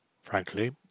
Frankly